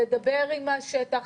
לדבר עם השטח,